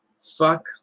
fuck